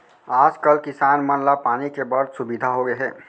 आज कल किसान मन ला पानी के बड़ सुबिधा होगे हे